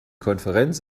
konferenz